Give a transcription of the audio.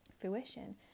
fruition